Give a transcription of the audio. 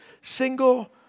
single